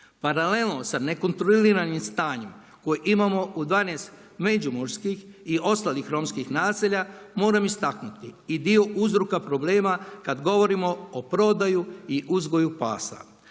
Paralelno sa nekontroliranim stanjem koje imamo u 12 međimurskih i ostalih romskih naselja moram istaknuti i dio uzroka problema kada govorimo o prodaji i uzgoju pasa.